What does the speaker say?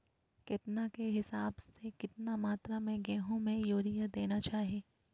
केतना के हिसाब से, कितना मात्रा में गेहूं में यूरिया देना चाही?